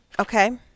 Okay